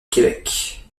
québec